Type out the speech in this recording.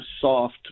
soft